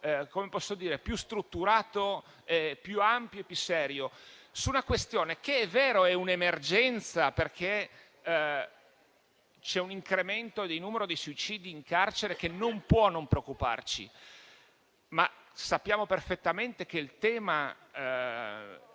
un dibattito più strutturato, più ampio e più serio. Si tratta di una questione che - è vero - è un'emergenza, perché c'è un incremento del numero dei suicidi in carcere che non può non preoccuparci, ma sappiamo perfettamente che le